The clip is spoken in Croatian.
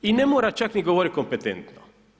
I ne mora čak ni govoriti kompetentno.